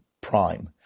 Prime